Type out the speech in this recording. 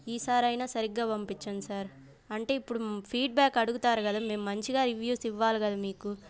ఈసారి అయిన సరిగ్గా పంపించండి సార్ అంటే ఇప్పుడు ఫీడ్బ్యాక్ అడుగుతారు కదా మేము మంచిగా రివ్యూస్ ఇవ్వాలి కదా మీకు